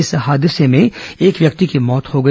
इस हादसे में एक व्यक्ति की मौत हो गई